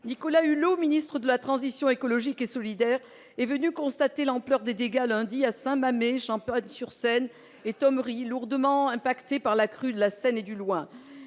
Nicolas Hulot, ministre de la transition écologique et solidaire, est venu constater l'ampleur des dégâts lundi dernier à Saint-Mammès, Champagne-sur-Seine et Thomery, des communes lourdement affectées par la crue de la Seine et du Loing.